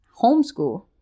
homeschool